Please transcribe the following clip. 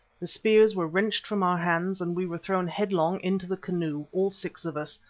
the spears were wrenched from our hands and we were thrown headlong into the canoe, all six of us,